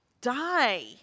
die